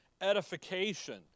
edification